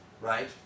Right